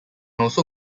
also